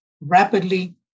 rapidly